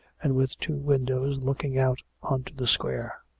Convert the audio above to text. and with two windows looking out on to the square.